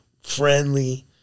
friendly